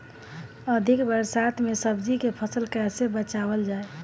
अधिक बरसात में सब्जी के फसल कैसे बचावल जाय?